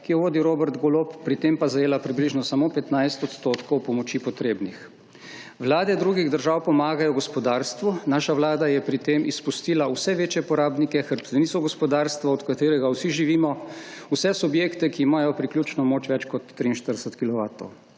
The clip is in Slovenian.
ki jo vodi Robert Golob, pri tem pa zajela približno samo 15 odstotkov pomoči potrebnih. Vlade drugih držav pomagajo gospodarstvu. Naša vlada je pri tem izpustila vse večje porabnike, hrbtenico gospodarstva, od katerega vsi živimo, vse subjekte, ki imajo priključno moč več kot 43